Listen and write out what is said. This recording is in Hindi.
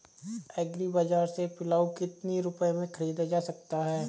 एग्री बाजार से पिलाऊ कितनी रुपये में ख़रीदा जा सकता है?